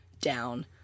down